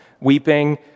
Weeping